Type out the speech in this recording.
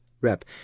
Rep